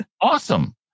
awesome